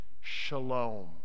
shalom